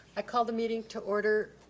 i call the meeting to order.